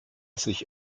sich